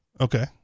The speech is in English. Okay